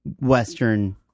Western